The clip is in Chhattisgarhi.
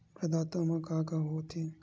प्रदाता मा का का हो थे?